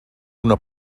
una